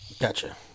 gotcha